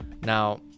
now